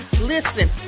Listen